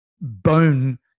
bone